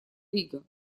рига